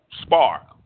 spark